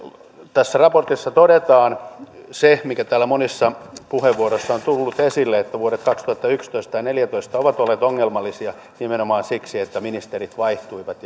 tässä raportissa todetaan se mikä täällä monissa puheenvuoroissa on tullut esille että vuodet kaksituhattayksitoista ja kaksituhattaneljätoista ovat olleet ongelmallisia nimenomaan siksi että ministerit vaihtuivat